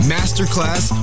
Masterclass